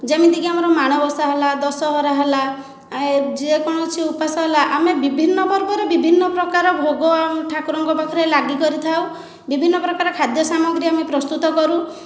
ଯେମିତିକି ଆମର ମାଣବସା ହେଲା ଦଶହରା ହେଲା ଯେକୌଣସି ଉପାସ ହେଲା ଆମେ ବିଭିନ୍ନ ପର୍ବରେ ବିଭିନ୍ନ ପ୍ରକାର ଭୋଗ ଆମେ ଠାକୁରଙ୍କ ପାଖରେ ଲାଗି କରିଥାଉ ବିଭିନ୍ନ ପ୍ରକାର ଖାଦ୍ୟସାମଗ୍ରୀ ଆମେ ପ୍ରସ୍ତୁତ କରୁ